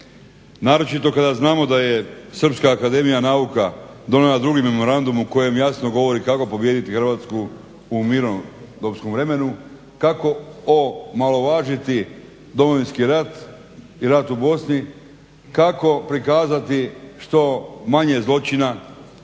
naročito kada znamo da je Srpska akademija nauka donijela drugi memorandum u kojem jasno govori kako pobijediti Hrvatsku u mirnodopskom vremenu, kako omalovažiti Domovinski rat i rat u Bosni, kako prikazati što manje zločina,